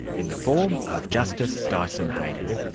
in the form of justice dyson heydon.